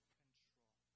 control